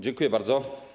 Dziękuję bardzo.